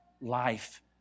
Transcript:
life